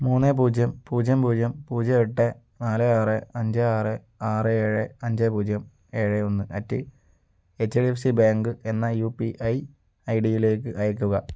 മൂന്ന് പൂജ്യം പൂജ്യം പൂജ്യം പൂജ്യം എട്ട് നാല് ആറ് അഞ്ച് ആറ് ആറ് ഏഴ് അഞ്ച് പൂജ്യം ഏഴ് ഒന്ന് at H D F C bank എന്ന യു പി ഐ ഐഡിയിലേക്ക് അയയ്ക്കുക